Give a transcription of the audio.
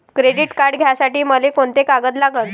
Credit card घ्यासाठी मले कोंते कागद लागन?